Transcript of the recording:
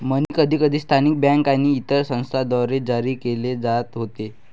मनी कधीकधी स्थानिक बँका आणि इतर संस्थांद्वारे जारी केले जात होते